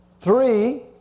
Three